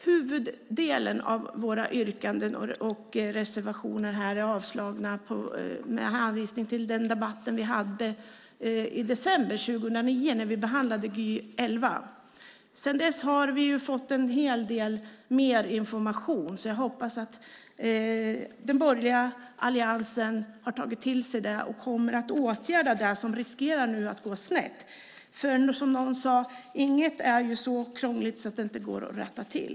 Huvuddelen av våra yrkanden och reservationer avstyrks med hänvisning till den debatt vi hade i december 2009 när vi behandlade GY 11. Sedan dess har vi fått en hel del mer information. Jag hoppas att den borgerliga alliansen har tagit till sig det och kommer att åtgärda det som riskerar att gå snett. Inget är så krångligt att det inte går att rätta till.